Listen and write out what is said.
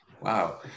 Wow